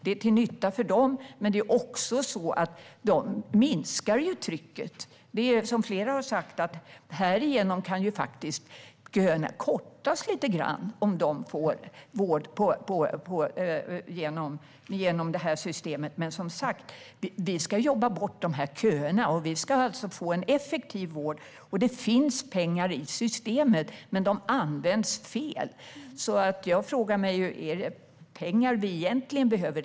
Det är till nytta för dem. Men det är också så att trycket minskar. Som flera har sagt kan köerna faktiskt kortas lite grann om dessa människor får vård genom detta system. Men som sagt: Vi ska jobba bort köerna, och vi ska få en effektiv vård. Det finns pengar i systemet, men de används fel. Jag frågar mig: Är det egentligen pengar vi behöver?